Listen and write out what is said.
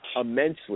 immensely